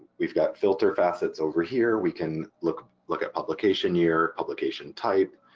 we've got filter facets over here, we can look look at publication year, publication type,